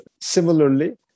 similarly